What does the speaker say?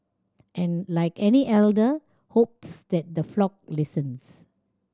and like any elder hopes that the flock listens